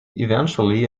eventually